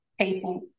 people